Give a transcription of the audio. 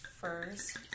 first